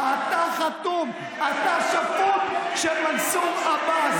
אתה שפוט של מנסור עבאס.